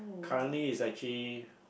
currently it's actually